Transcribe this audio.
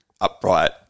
upright